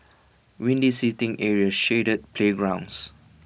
windy seating areas shaded playgrounds